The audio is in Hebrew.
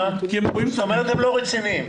זאת אומרת, הם לא רציניים.